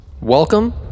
Welcome